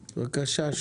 בבקשה.